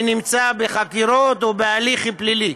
שנמצא בחקירות או בהליך פלילי.